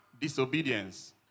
disobedience